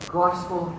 gospel